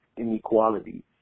inequality